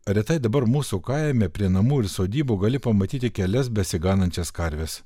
retai dabar mūsų kaime prie namų ir sodybų gali pamatyti kelias besiganančias karves